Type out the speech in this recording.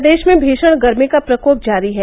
प्रदेष में भीशण गर्मी का प्रकोप जारी है